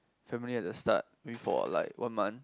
family at the start maybe for like one month